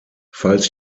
falls